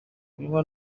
kunywa